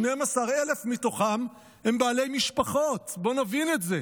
112,000 מתוכם הם בעלי משפחות, בואו נבין את זה,